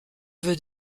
vœu